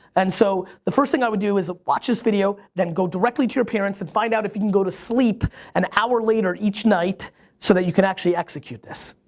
and so, the first thing i would do is watch this video, then go directly to your parents, and find out if you can go to sleep an hour later each night so that you can actually execute this.